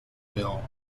bill